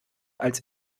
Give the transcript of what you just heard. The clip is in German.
als